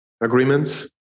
agreements